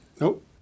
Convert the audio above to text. Nope